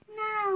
no